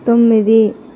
తొమ్మిది